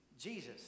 Jesus